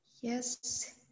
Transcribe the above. Yes